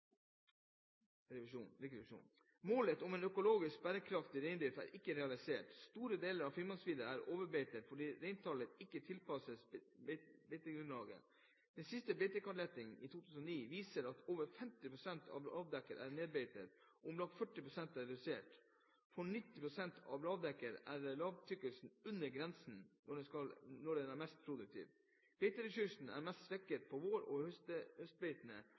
«Målet om økologisk bærekraftig reindrift er ikke realisert. Store deler av Finnmarksvidda er overbeitet fordi reintallet ikke er tilpasset beitegrunnlaget. Den siste beitekartleggingen i 2009 viser at over 50 prosent av lavdekket er nedbeitet og om lag 40 prosent er redusert. For 90 prosent av lavdekket er lavtykkelsen under grensen for når den er mest produktiv. Beiteressursene er mest svekket på vår- og